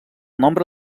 nombre